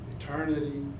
eternity